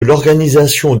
l’organisation